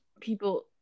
people